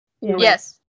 Yes